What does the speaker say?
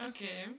Okay